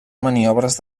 maniobres